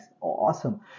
Awesome